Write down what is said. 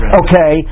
okay